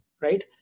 Right